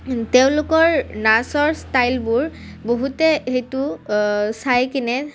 তেওঁলোকৰ নাচৰ ষ্টাইলবোৰ বহুতে সেইটো চাই কিনে